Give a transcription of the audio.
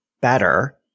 better